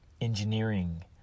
engineering